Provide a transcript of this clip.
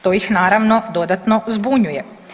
To ih naravno dodatno zbunjuje.